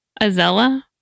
Azella